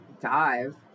dive